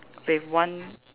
with one